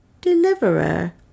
Deliverer